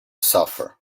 suffer